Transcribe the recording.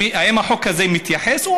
האם החוק הזה מתייחס?